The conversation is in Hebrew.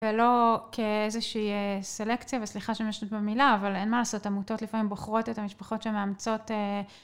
ולא כאיזושהי סלקציה, וסליחה שמשתמשת במילה, אבל אין מה לעשות, עמותות לפעמים בוחרות את המשפחות שהן מאמצות.